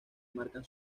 marcan